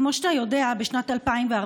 כמו שאתה יודע, בשנת 2014,